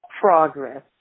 progress